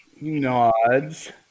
Nods